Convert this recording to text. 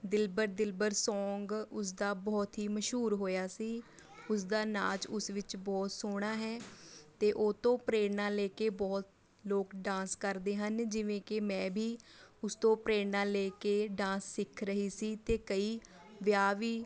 ਦਿਲਬਰ Dilbar song ਉਸਦਾ ਬਹੁਤ ਹੀ ਮਸ਼ਹੂਰ ਹੋਇਆ ਸੀ ਉਸਦਾ ਨਾਚ ਉਸ ਵਿੱਚ ਬਹੁਤ ਸੋਹਣਾ ਹੈ ਅਤੇ ਉਹ ਤੋਂ ਪ੍ਰੇਰਨਾ ਲੈ ਕੇ ਬਹੁਤ ਲੋਕ ਡਾਂਸ ਕਰਦੇ ਹਨ ਜਿਵੇਂ ਕਿ ਮੈਂ ਵੀ ਉਸ ਤੋਂ ਪ੍ਰੇਰਨਾ ਲੈ ਕੇ ਡਾਂਸ ਸਿੱਖ ਰਹੀ ਸੀ ਅਤੇ ਕਈ ਵਿਆਹ ਵੀ